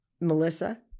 Melissa